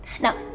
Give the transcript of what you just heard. Now